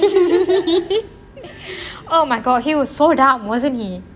oh my god he was so dumb wasnt he